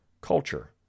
culture